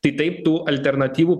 tai taip tų alternatyvų